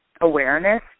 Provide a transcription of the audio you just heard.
awareness